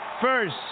first